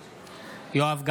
בעד יואב גלנט,